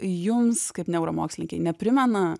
jums kaip neuromokslininkei neprimena